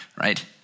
right